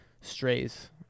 strays